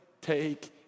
take